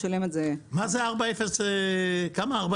מה זה 4.07?